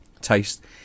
taste